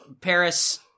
Paris